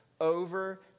over